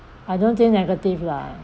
I don't think negative lah